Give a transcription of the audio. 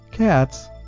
Cats